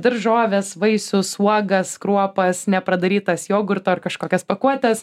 daržoves vaisius uogas kruopas nepradarytas jogurto ar kažkokias pakuotes